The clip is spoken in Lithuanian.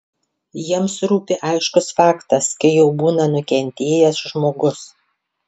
jiems rūpi aiškus faktas kai jau būna nukentėjęs žmogus